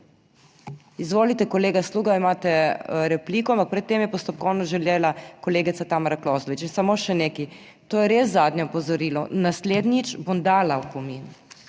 Izvolite, kolega Sluga, imate repliko, ampak pred tem je postopkovno želela kolegica Tamara Kozlovič. In samo še nekaj, to je res zadnje opozorilo, naslednjič bom dala opomin,